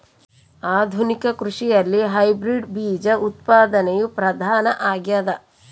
ಆಧುನಿಕ ಕೃಷಿಯಲ್ಲಿ ಹೈಬ್ರಿಡ್ ಬೇಜ ಉತ್ಪಾದನೆಯು ಪ್ರಧಾನ ಆಗ್ಯದ